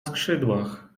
skrzydłach